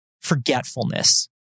forgetfulness